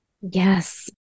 Yes